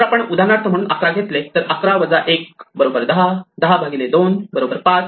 जर आपण उदाहरणार्थ म्हणून 11 घेतले तर 11 1 10 10 2 5